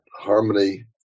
harmony